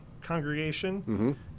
congregation